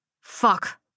Fuck